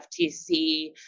FTC